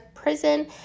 Prison